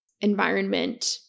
environment